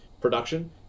production